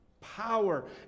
Power